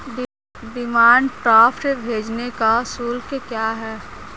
Demand draft भेजने का शुल्क क्या है?